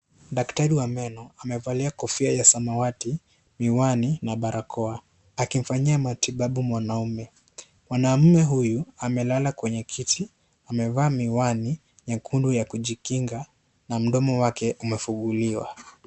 Daktari wa meno amevalia kofia ya samawati, miwani na barakoa, akimfanyia matibabu mwanaume, mwanaume huyu amelala kwenye kiti, amevaa miwani nyekundu ya kujikinga na mdomo wake umefunguliwa.